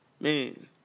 Man